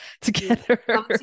together